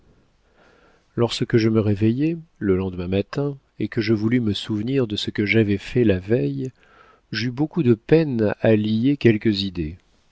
lorsque je me réveillai le lendemain matin et que je voulus me souvenir de ce que j'avais fait la veille j'eus beaucoup de peine à lier quelques idées